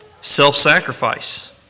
self-sacrifice